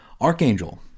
Archangel